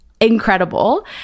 incredible